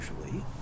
usually